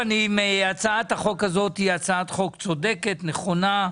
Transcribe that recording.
הצעת החוק הזאת היא הצעת חוק צודקת, נכונה.